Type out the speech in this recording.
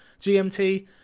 GMT